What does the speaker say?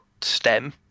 STEM